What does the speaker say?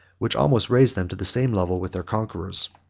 which almost raised them to the same level with their conquerors.